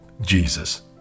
Jesus